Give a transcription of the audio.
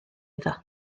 iddo